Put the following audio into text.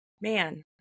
man